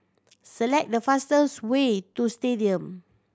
select the fastest way to Stadium